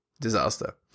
Disaster